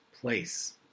place